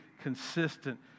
consistent